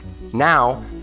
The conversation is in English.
Now